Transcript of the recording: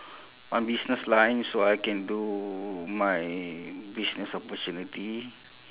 on business line so I can do my business opportunity